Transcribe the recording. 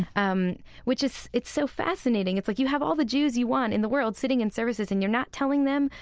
um which is, it's so fascinating. it's like you have all the jews you want in the world sitting in services and you're not telling them,